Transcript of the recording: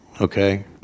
Okay